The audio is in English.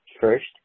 First